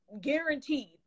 guaranteed